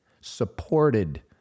supported